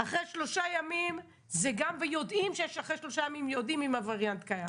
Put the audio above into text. אחרי שלושה ימים יודעים אם הוריאנט קיים.